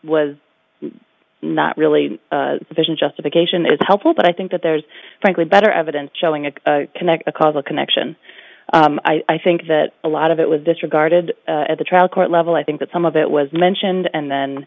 was not really efficient justification is helpful but i think that there's frankly better evidence showing a connect the causal connection i think that a lot of it was disregarded at the trial court level i think that some of it was mentioned and then